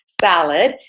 salad